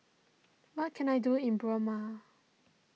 what can I do in Burma